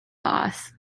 boss